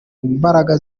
mbaraga